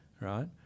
right